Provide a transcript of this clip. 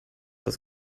das